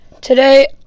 today